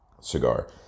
cigar